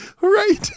Right